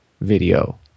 video